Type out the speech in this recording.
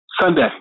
Sunday